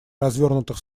развернутых